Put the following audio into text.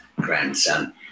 grandson